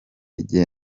igihe